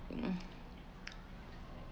mm